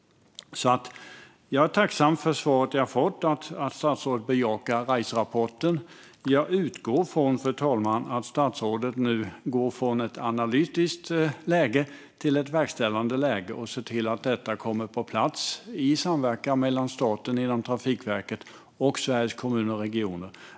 Jag är tacksam för svaret jag fått att statsrådet bejakar Riserapporten. Jag utgår från, fru talman, att statsrådet nu går från ett analytiskt läge till ett verkställande läge och ser till att detta kommer på plats, i samverkan mellan staten genom Trafikverket och Sveriges Kommuner och Regioner.